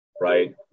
right